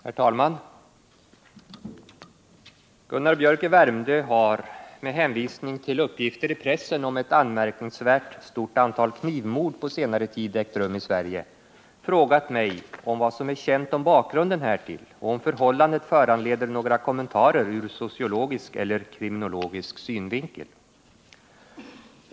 Herr talman! Gunnar Biörck i Värmdö har — med hänvisning till uppgifter i pressen om att ett anmärkningsvärt stort antal knivmord på senare tid ägt rum i Sverige — frågat mig om vad som är känt om bakgrunden härtill och om förhållandet föranleder några kommentarer ur sociologisk eller kriminologisk synvinkel.